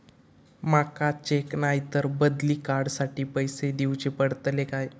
माका चेक नाय तर बदली कार्ड साठी पैसे दीवचे पडतले काय?